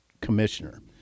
commissioner